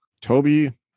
Toby